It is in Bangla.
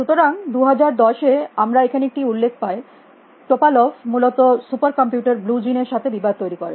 সুতরাং 2010 এ আমরা এখানে একটি উল্লেখ পাই টোপালভ মূলত সুপার কম্পিউটার ব্লু জিন এর সাথে বিবাদ করে তৈরী করে